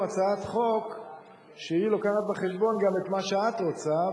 הצעת חוק שמביאה בחשבון גם את מה שאת רוצה,